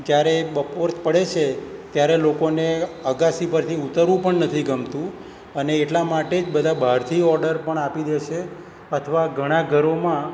જ્યારે બપોર પડે છે ત્યારે લોકોને અગાસી પરથી ઊતરવું પણ નથી ગમતું અને એટલા માટે જ બધા બહારથી ઓડર પણ આપી દે છે અથવા ઘણા ઘરોમાં